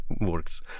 works